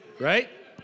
Right